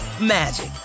magic